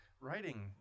Writing